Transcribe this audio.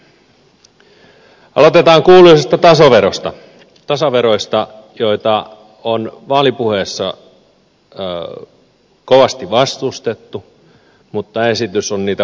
aloitetaan kuuluisasta tasaverosta tasaveroista joita on vaalipuheissa kovasti vastustettu mutta esitys on niitä pullollaan